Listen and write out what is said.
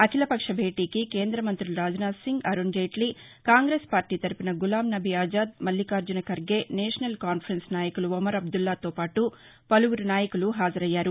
అఖీలపక్ష భేటీకి కేందమంతులు రాజ్నాథ్సింగ్ అరుణ్జైట్లీ కాంగ్రెస్ పార్లీ తరఫున గులాం నబీ ఆజాద్ మల్లిఖార్జన ఖర్గే నేషనల్ కాన్పరెన్స్ నాయకులు ఒమర్ అబ్లల్లాతో పాటు పలువురు నాయకులు హాజరయ్యారు